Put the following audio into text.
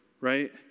right